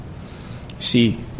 See